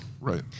Right